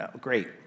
great